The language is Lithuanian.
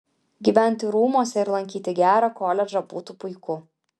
gyventi rūmuose ir lankyti gerą koledžą būtų puiku